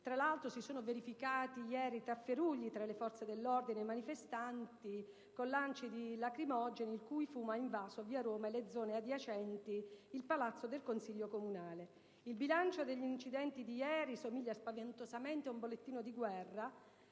Ieri si sono verificati tafferugli tra le forze dell'ordine e i manifestanti, con lanci di lacrimogeni, il cui fumo ha invaso via Roma e le zone adiacenti il palazzo del Consiglio comunale. Il bilancio degli incidenti di ieri somiglia spaventosamente ad un bollettino di guerra: